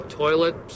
toilet